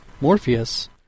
Morpheus